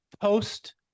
post